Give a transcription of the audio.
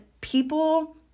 people